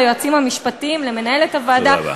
ליועצים המשפטיים ולמנהלת הוועדה.